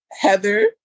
Heather